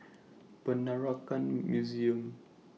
Peranakan Museum